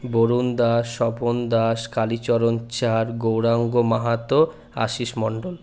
বরুণ দাস স্বপন দাস কালীচরণ চার গৌরাঙ্গ মাহাতো আশিস মন্ডল